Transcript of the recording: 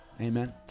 amen